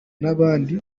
n’abandi